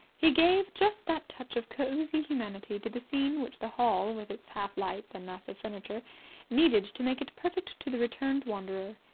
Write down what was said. he gave just that touch of cosy humanity to the scene which the hall with its half lights and massive furniture needed to make it perfect to the returned wanderer.